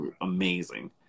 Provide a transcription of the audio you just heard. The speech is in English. amazing